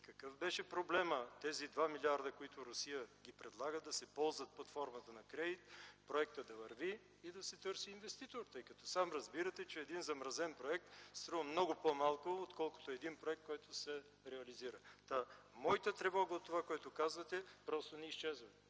Какъв беше проблемът тези 2 милиарда, които Русия ги предлага, да се ползват под формата на кредит, проектът да върви и да се търси инвеститор? Сам разбирате, че един замразен проект струва много по-малко, отколкото един проект, който се реализира. Моята тревога от това, което казвате, просто не изчезва.